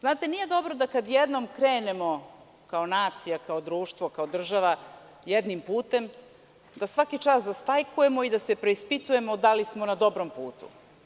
Znate, nije dobro da kada jednom krenemo kao nacija, kao društvo, kao država jednim putem, da svaki čas zastajkujemo i da se preispitujemo da li smo na dobrom putu.